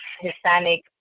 Hispanic